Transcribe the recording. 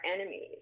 enemies